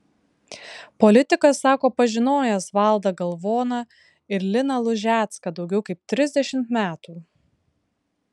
politikas sako pažinojęs valdą galvoną ir liną lužecką daugiau kaip trisdešimt metų